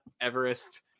Everest